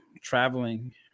traveling